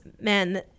man –